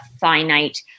finite